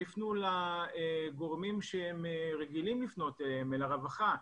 הם יפנו לגורמים שהם רגילים לפנות, אל הרווחה.